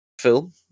film